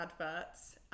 adverts